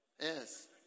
Yes